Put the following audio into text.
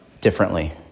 differently